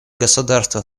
государства